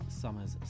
summer's